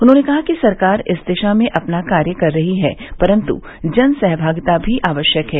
उन्होंने कहा कि सरकार इस दिशा में अपना कार्य कर रही है परन्तु जन सहभागिता भी आवश्यक है